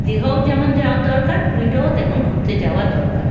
দীঘাও যেমন যাওয়ার দরকার পুরীটাও তেমন ঘুরতে যাওয়া দরকার